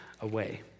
away